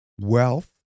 wealth